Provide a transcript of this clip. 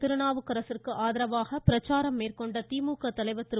திருநாவுக்கரசு விற்கு ஆதரவாக பிரச்சாரம் மேற்கொண்ட திமுக தலைவர் திரு